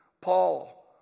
Paul